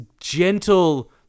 gentle